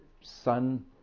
sun